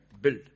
build